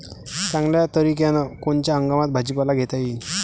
चांगल्या तरीक्यानं कोनच्या हंगामात भाजीपाला घेता येईन?